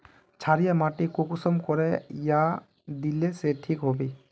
क्षारीय माटी कुंसम करे या दिले से ठीक हैबे?